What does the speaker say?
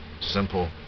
simple